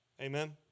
Amen